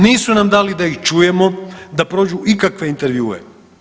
Nisu nam dali da ih čujemo, da prođu ikakve intervjue.